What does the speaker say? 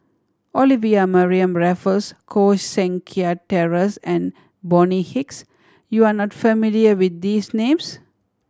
Olivia Mariamne Raffles Koh Seng Kiat Terence and Bonny Hicks you are not familiar with these names